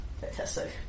fantastic